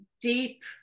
deep